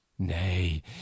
nay